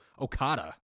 okada